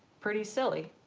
pretty silly.